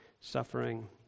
suffering